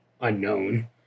unknown